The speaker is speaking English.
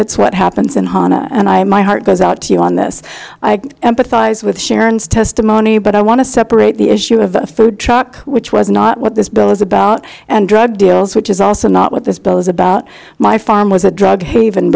it's what happens in hannah and i my heart goes out to you on this i empathize with sharon's testimony but i want to separate the issue of food truck which was not what this bill is about and drug deals which is also not what this bill is about my farm was a drug haven